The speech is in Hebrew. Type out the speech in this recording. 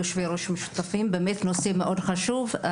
היושבי-ראש המשותפים, באמת נושא מאוד חשוב.